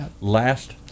last